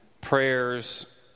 Prayers